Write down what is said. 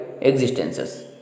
existences